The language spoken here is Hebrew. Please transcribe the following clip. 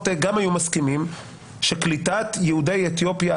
גם היו מסכימים שקליטת יהודי אתיופיה,